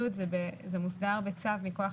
כל הנושא של פטור מבידוד ויציאה מבידוד,